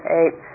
eight